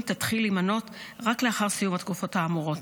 תתחיל להימנות רק לאחר סיום התקופות האמורות.